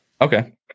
Okay